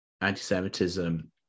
anti-semitism